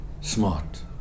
smart